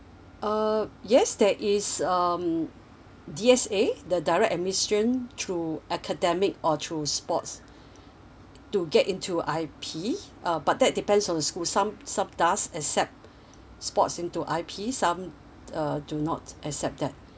uh yes that is um D_S_A the direct admission through academic or through sports to get into I_P uh but that depends on school some some does accept sports into I_P some uh do not accept that